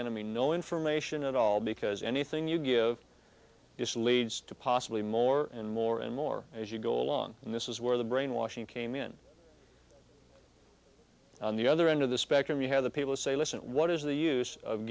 enemy no information at all because anything you give us leads to possibly more and more and more as you go along and this is where the brainwashing came in on the other end of the spectrum you had the people say listen what is the use of